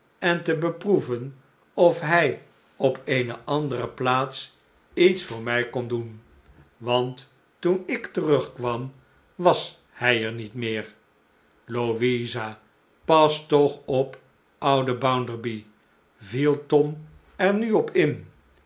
en te beproeven of hij op eene andere plaats iets voor mij kon doen want toen ik terugkwam was hij er niet meer louisa pas toch op oudenbounderby viel tom er nu op in